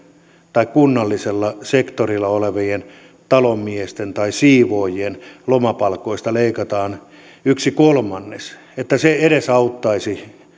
tai kunnallisella sektorilla olevien talonmiesten tai siivoojien lomapalkoista leikataan yksi kolmannes niin se edesauttaisi